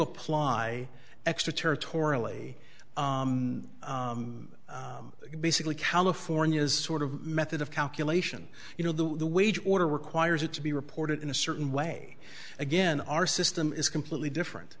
apply extraterritoriality basically california is sort of method of calculation you know the wage order requires it to be reported in a certain way again our system is completely different